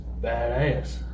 badass